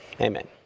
Amen